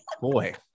Boy